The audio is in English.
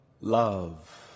love